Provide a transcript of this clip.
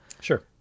sure